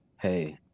hey